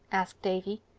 asked davy.